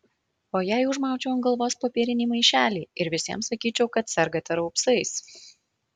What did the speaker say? o jei užmaučiau ant galvos popierinį maišelį ir visiems sakyčiau kad sergate raupsais